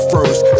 first